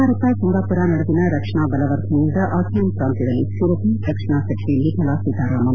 Bharat Singapore ನಡುವಿನ ರಕ್ಷಣಾ ಬಲವರ್ಧನೆಯಿಂದ ಆಸಿಯಾನ್ ಪ್ರಾಂತ್ನದಲ್ಲಿ ಸ್ನಿರತೆ ರಕ್ಷಣಾ ಸಚಿವೆ ನಿರ್ಮಲಾ ಸೀತಾರಾಮನ್